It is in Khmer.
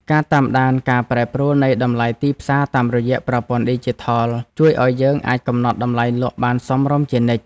ការតាមដានការប្រែប្រួលនៃតម្លៃទីផ្សារតាមរយៈប្រព័ន្ធឌីជីថលជួយឱ្យយើងអាចកំណត់តម្លៃលក់បានសមរម្យជានិច្ច។